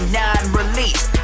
non-release